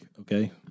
Okay